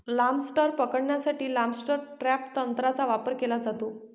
lobster पकडण्यासाठी lobster trap तंत्राचा वापर केला जातो